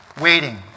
waiting